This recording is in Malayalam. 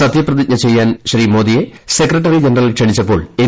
സത്യപ്പ്പതിജ്ഞ ചെയ്യാൻ ശ്രീമോദിയെ സെക്രട്ടറി ജനറൽ ക്ഷണിച്ച്പോൾ എൻ